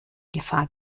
gefahr